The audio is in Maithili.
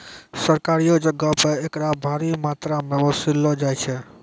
सरकारियो जगहो पे एकरा भारी मात्रामे वसूललो जाय छै